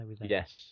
Yes